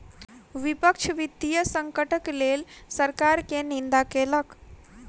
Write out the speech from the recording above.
विपक्ष वित्तीय संकटक लेल सरकार के निंदा केलक